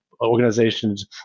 organizations